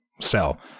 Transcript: sell